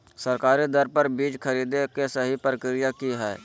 सरकारी दर पर बीज खरीदें के सही प्रक्रिया की हय?